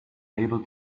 able